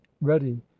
ready